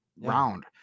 round